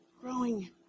growing